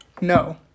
No